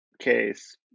case